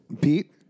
Pete